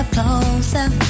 closer